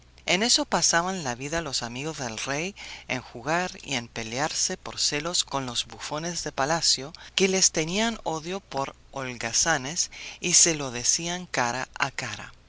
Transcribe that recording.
en eso pasaban la vida los amigos del rey en jugar y en pelearse por celos con los bufones de palacio que les tenían odio por holgazanes y se lo decían cara a cara